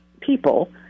people